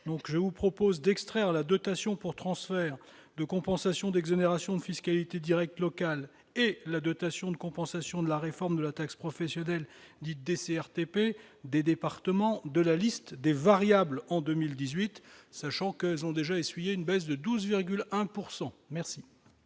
Je vous propose d'extraire la dotation pour transferts de compensations d'exonérations de fiscalité directe locale et la dotation de compensation de la réforme de la taxe professionnelle, dite DCRTP, des départements de la liste des variables minorées en 2018, sachant qu'elles ont déjà subi une baisse de 12,1 %.